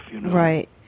Right